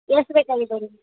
ಎಷ್ಟು ಬೇಕಾಗಿದವೆ ರೀ